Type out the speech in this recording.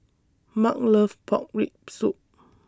Mark loves Pork Rib Soup